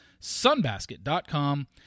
sunbasket.com